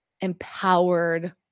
empowered